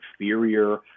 inferior